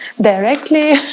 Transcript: directly